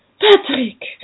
Patrick